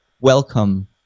welcome